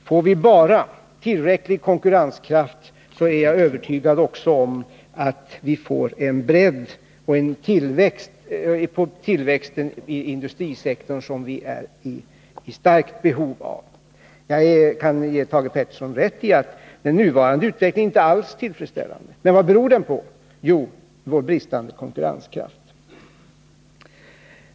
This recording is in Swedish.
Får vi bara tillräcklig konkurrenskraft är jag övertygad om att vi också får den bredd på tillväxten i industrisektorn som vi är i starkt behov av. Jag kan ge Thage Peterson rätt i att den nuvarande utvecklingen inte alls är tillfredsställande. Men vad beror den på? Jo, på vår bristande konkurrenskraft.